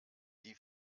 die